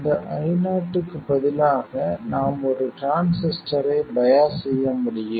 இந்த Io க்கு பதிலாக நாம் ஒரு MOS டிரான்சிஸ்டரை பையாஸ் செய்ய முடியும்